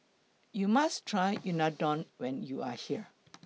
YOU must Try Unadon when YOU Are here